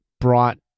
brought